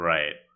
Right